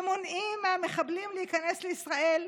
שמונעים מהמחבלים להיכנס לישראל,